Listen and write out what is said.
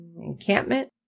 encampment